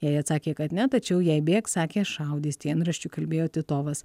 jai atsakė kad ne tačiau jei bėgs sakė šaudys dienraščiui kalbėjo titovas